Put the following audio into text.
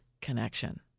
connection